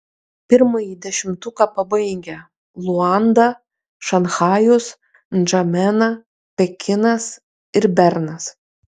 pirmąjį dešimtuką pabaigia luanda šanchajus ndžamena pekinas ir bernas